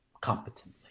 competently